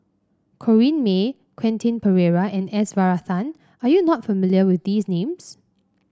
Corrinne May Quentin Pereira and S Varathan are you not familiar with these names